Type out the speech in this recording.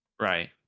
Right